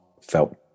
felt